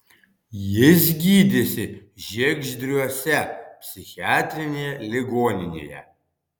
jis gydėsi žiegždriuose psichiatrinėje ligoninėje